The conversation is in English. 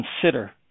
consider